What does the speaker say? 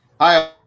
Hi